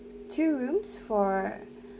two rooms for